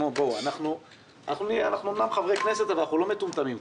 אנחנו אמנם חברי כנסת אבל אנחנו לא מטומטמים כולנו,